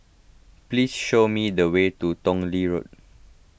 please show me the way to Tong Lee Road